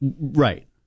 Right